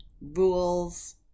rules